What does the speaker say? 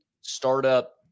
startup